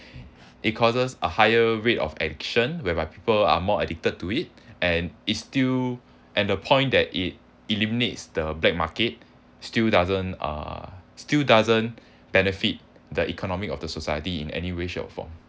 it causes a higher rate of action whereby people are more addicted to it and is still and the point that it eliminates the black market still doesn't uh still doesn't benefit the economic of the society in any way shape or form